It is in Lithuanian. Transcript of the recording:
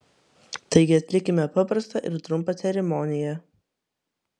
taigi atlikime paprastą ir trumpą ceremoniją